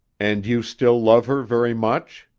and you still love her very much?